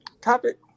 topic